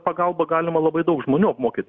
pagalba galima labai daug žmonių apmokyt